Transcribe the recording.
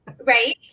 Right